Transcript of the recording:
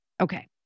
Okay